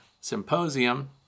symposium